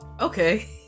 okay